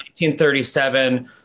1937